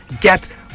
get